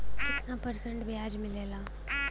कितना परसेंट ब्याज मिलेला?